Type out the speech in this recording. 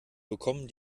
bekommen